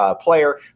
player